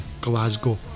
Glasgow